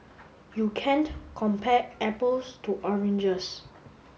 you can't compare apples to oranges